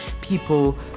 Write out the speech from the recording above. people